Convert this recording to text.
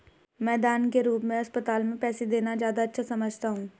मैं दान के रूप में अस्पताल में पैसे देना ज्यादा अच्छा समझता हूँ